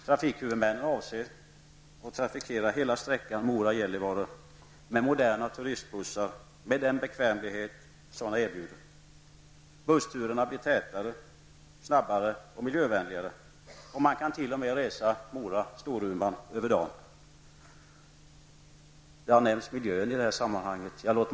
Trafikhuvudmännen avser att trafikera hela sträckan Mora--Gällivare med moderna turistbussar med den bekvämlighet sådana erbjuder. Bussturerna blir tätare, snabbare och miljövänligare. Man kan t.o.m. resa sträckan Det har i sammanhanget talats om miljön.